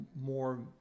more